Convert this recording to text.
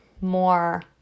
more